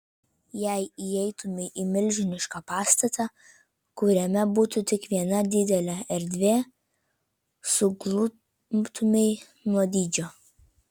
jei įeitumei į milžinišką pastatą kuriame būtų tik viena didelė erdvė suglumtumei nuo dydžio